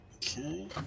Okay